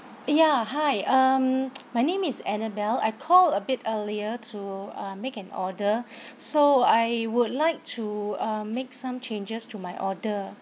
ya hi um my name is annabel I call a bit earlier to uh make an order so I would like to make some changes to my order